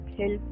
help